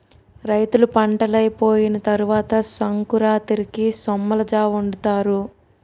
రైతులు పంటలైపోయిన తరవాత సంకురాతిరికి సొమ్మలజావొండుతారు